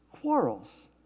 quarrels